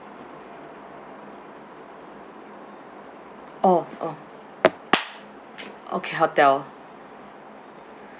orh orh okay hotel